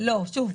שוב,